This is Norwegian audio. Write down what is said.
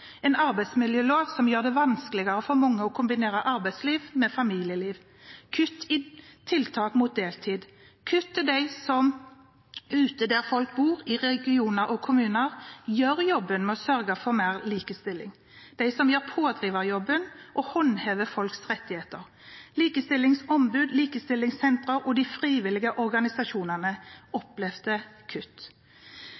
en arbeidsmiljølov som gjør det vanskeligere for mange å kombinere arbeidsliv med familieliv, kutt i tiltak mot deltid, kutt til dem som ute der folk bor, i regioner og kommuner, gjør jobben med å sørge for mer likestilling, de som gjør pådriverjobben og håndhever folks rettigheter. Likestillingsombudet, likestillingssentrene og de frivillige organisasjonene